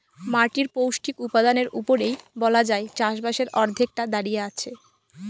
মাটির পৌষ্টিক উপাদানের উপরেই বলা যায় চাষবাসের অর্ধেকটা দাঁড়িয়ে আছে